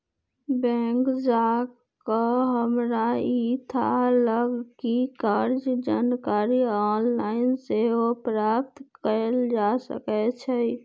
bank जा कऽ हमरा इ थाह लागल कि कर्जा के जानकारी ऑनलाइन सेहो प्राप्त कएल जा सकै छै